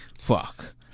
fuck